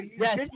Yes